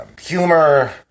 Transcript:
humor